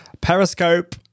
periscope